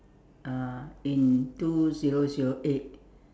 uh in two zero zero eight